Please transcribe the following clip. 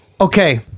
okay